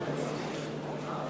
חברי הכנסת והשרים,